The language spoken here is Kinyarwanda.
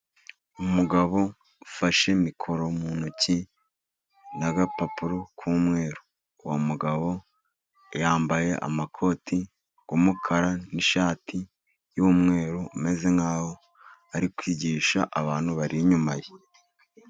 Umugabo ufashe mikoro mu ntoki, n'agapapuro k'umweru. Uwo mugabo yambaye amakoti y'umukara n'ishati y'umweru, ameze nk'aho ari kwigisha abantu bari inyuma ye.